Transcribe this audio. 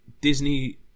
Disney